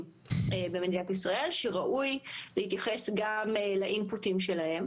במדינת ישראל שראוי מאוד להתייחס גם לאינפוטים שלהם.